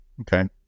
Okay